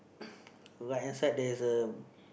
right hand side there's a